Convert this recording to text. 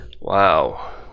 Wow